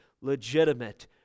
legitimate